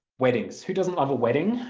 weddings, who doesn't love a wedding?